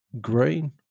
green